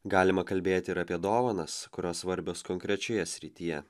galima kalbėti ir apie dovanas kurios svarbios konkrečioje srityje